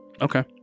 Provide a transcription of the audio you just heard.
okay